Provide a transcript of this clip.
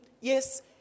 yes